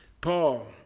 Paul